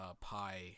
Pi